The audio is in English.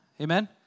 Amen